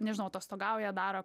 nežinau atostogauja daro